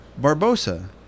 Barbosa